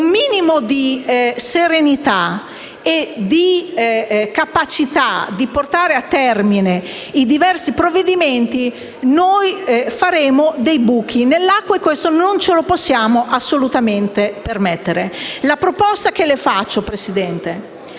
un minimo di serenità e la capacità di portare a termine i diversi provvedimenti, faremo buchi nell'acqua e non ce lo possiamo assolutamente permettere. La proposta che le faccio, signor